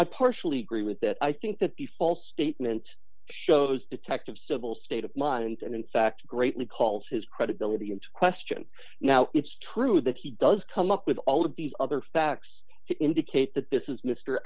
i partially agree with that i think that the false statement shows detective civil state of mind and in fact greatly calls his credibility into question now it's true that he does come up with all of these other facts to indicate that this is m